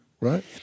right